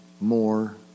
more